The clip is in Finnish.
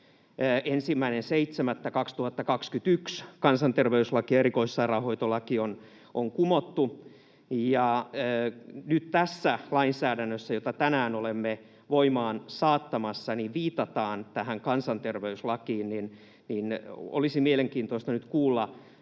1.7.2021 kansanterveyslaki ja erikoissairaanhoitolaki on kumottu, ja nyt tässä lainsäädännössä, jota tänään olemme voimaan saattamassa, viitataan tähän kansanterveyslakiin, niin olisi mielenkiintoista kuulla